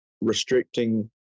restricting